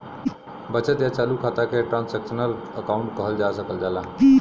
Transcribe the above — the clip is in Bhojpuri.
बचत या चालू खाता के ट्रांसक्शनल अकाउंट कहल जा सकल जाला